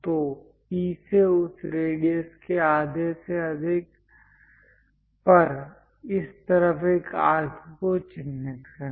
तो P से उस रेडियस के आधे से अधिक पर इस तरफ एक आर्क को चिह्नित करें